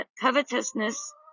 covetousness